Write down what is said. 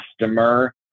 customer